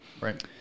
Right